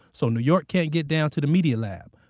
so new york can't get down to the media lab.